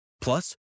Plus